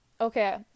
Okay